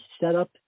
setup